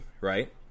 right